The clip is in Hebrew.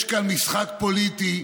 יש כאן משחק פוליטי,